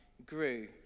grew